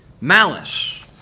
malice